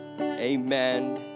amen